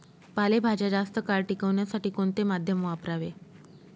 पालेभाज्या जास्त काळ टिकवण्यासाठी कोणते माध्यम वापरावे?